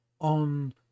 On